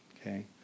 Okay